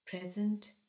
present